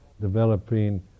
developing